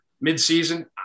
mid-season